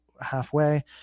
halfway